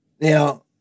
Now